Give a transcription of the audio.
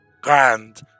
Grand